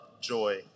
joy